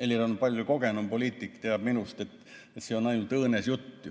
Helir on palju kogenum poliitik, ta teab, et see on ju ainult õõnes jutt.